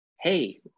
hey